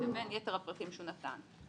לבין יתר הפרטים שהוא נתן.